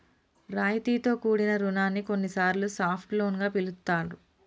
రాయితీతో కూడిన రుణాన్ని కొన్నిసార్లు సాఫ్ట్ లోన్ గా పిలుత్తాండ్రు